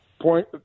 point